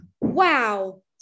wow